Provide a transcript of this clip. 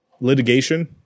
litigation